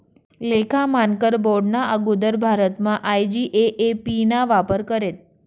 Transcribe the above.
लेखा मानकर बोर्डना आगुदर भारतमा आय.जी.ए.ए.पी ना वापर करेत